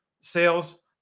sales